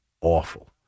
awful